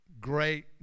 great